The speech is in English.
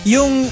Yung